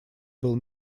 был